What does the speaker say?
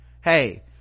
Hey